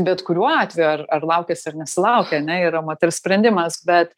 bet kuriuo atveju ar ar laukiasi ar nesulaukia ane yra moters sprendimas bet